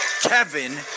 Kevin